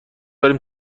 داریم